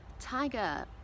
tiger